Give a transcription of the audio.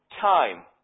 time